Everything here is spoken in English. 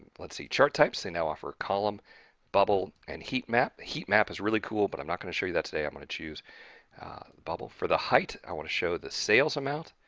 let's see chart types they now, offer a column bubble and heat map, the heat map is really cool, but i'm not gonna show you that today i'm gonna choose bubble for the height i want to show the sales amount